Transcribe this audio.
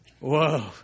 Whoa